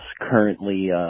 currently